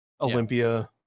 olympia